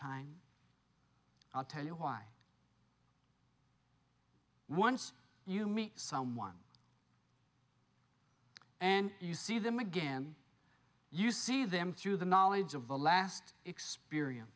time i'll tell you why once you meet someone and you see them again you see them through the knowledge of the last experience